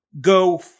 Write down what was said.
go